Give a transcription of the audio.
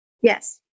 Yes